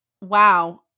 wow